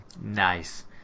Nice